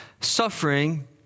suffering